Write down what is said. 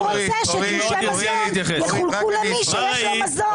רוצה שתלושי מזון יחולקו למי שיש לו מזון?